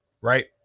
right